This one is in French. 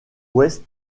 ouest